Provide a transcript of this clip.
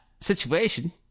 situation